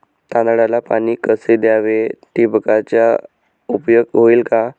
तांदळाला पाणी कसे द्यावे? ठिबकचा उपयोग होईल का?